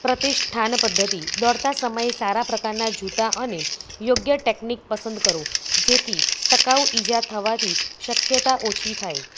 પ્રતિષ્ઠાન પદ્ધતિ દોડતા સમયે સારા પ્રકારના જૂતા અને યોગ્ય ટેકનીક પસંદ કરો જેથી ટકાઉ ઈજા થવાની શક્યતા ઓછી થાય